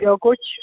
ॿियो कुझु